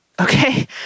Okay